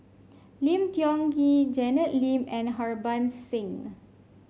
Lim Tiong Ghee Janet Lim and Harbans Singh